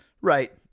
Right